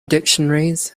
dictionaries